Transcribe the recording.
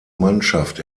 mannschaft